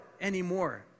anymore